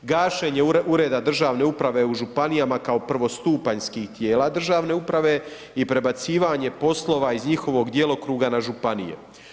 Gašenje ureda državne uprave u županijama kao prvostupanjskih tijela državne uprave i prebacivanje poslova iz njihovog djelokruga na županije.